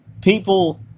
people